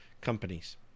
companies